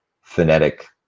phonetic